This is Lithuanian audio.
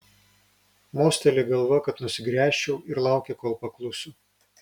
mosteli galva kad nusigręžčiau ir laukia kol paklusiu